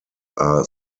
are